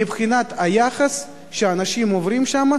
מבחינת היחס שאנשים עוברים שם,